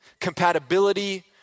compatibility